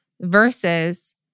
versus